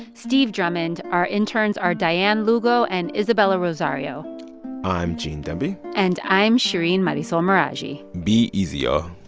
steve drummond. our interns are diane lugo and isabella rosario i'm gene demby and i'm shereen marisol meraji be easy, ah